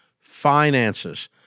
finances